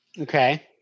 Okay